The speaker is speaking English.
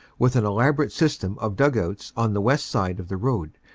vith an elaborate system of dug-outs on the west side of the road,